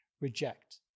reject